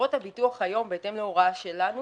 חברות הביטוח היום, בהתאם להוראה שלנו